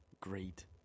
Great